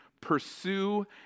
pursue